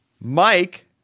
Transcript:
Mike